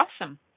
awesome